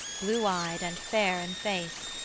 blue-eyed, and fair in face,